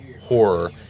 horror